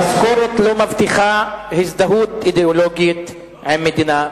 המשכורת לא מבטיחה הזדהות אידיאולוגית עם מדינה,